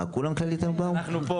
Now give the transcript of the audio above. אה, כולם "כללית" היום פה?